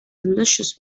delicious